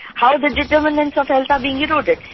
how the determinants of health are being eroded.